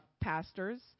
pastors